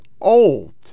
old